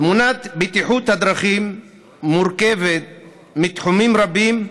תמונת הבטיחות בדרכים מורכבת מתחומים רבים,